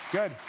Good